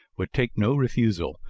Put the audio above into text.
would take no refusal,